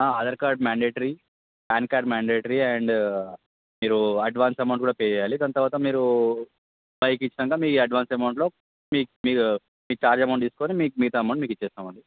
Aadhaar card mandatory PAN card mandatory and మీరు advance amount కూడా pay చేయాలి దాని తర్వాత మీరు బైక్ ఇచ్చినాక మీ అడ్వాన్స్ అమౌంట్లో మీ మీ మీ ఛార్జ్ అమౌంట్ తీసుకుని మిగతా అమౌంట్ మీకు ఇస్తాం అండి